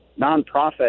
nonprofit